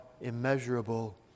immeasurable